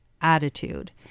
attitude